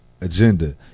agenda